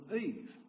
Eve